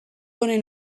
honen